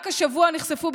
רק השבוע נחשפו,